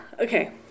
okay